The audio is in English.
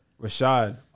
Rashad